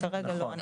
נכון, כרגע לא.